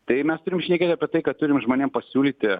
tai mes turim šnekėti apie tai kad turim žmonėms pasiūlyti